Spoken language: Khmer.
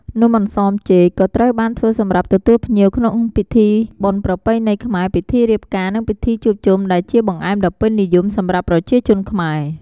នំអន្សមចេក ក៏ត្រូវបានធ្វើសម្រាប់ទទួលភ្ញៀវ ក្នុងពិធីបុណ្យប្រពៃណីខ្មែរ ពិធីរៀបការ និងពិធីជួបជុំ ដែលជាបង្អែមដ៏ពេញនិយមសម្រាប់ប្រជាជនខ្មែរ។